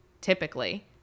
typically